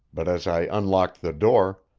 but as i unlocked the door,